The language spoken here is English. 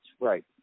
right